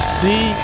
see